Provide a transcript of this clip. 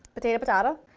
potato potato.